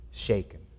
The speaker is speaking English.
shaken